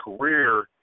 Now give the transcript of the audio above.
career